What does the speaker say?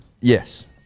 yes